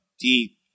deep